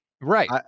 Right